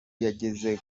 yageze